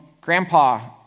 Grandpa